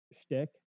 shtick